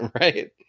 right